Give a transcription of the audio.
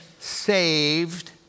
saved